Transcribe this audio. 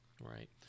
Right